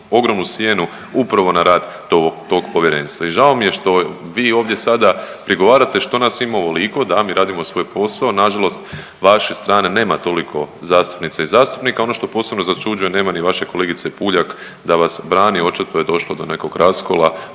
ogromnu sjenu upravo na rad tog povjerenstva. I žao mi je što vi ovdje sada prigovarate što nas ima ovliko, da mi radimo svoj posao nažalost vaše strane nema toliko zastupnica i zastupnika, ono što posebno začuđuje nema ni vaše kolegice Puljak da vas brani očito je došlo do nekog raskola,